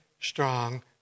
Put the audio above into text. strong